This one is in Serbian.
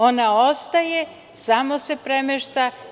Ona ostaje, samo se premešta.